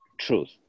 truth